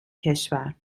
کشور